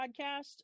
podcast